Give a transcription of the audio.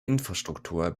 infrastruktur